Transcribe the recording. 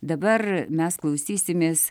dabar mes klausysimės